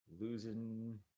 losing